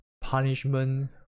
punishment